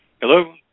Hello